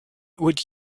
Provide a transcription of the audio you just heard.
would